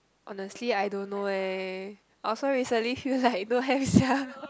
honestly I don't know eh I also recently feel like don't have sia